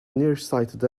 nearsighted